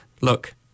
look